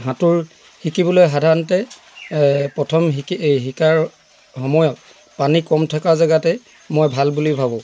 সাঁতোৰ শিকিবলৈ সাধাৰণতে প্ৰথম শিকি এই শিকাৰ সময়ত পানী কম থকা জেগাতে মই ভাল বুলি ভাবোঁ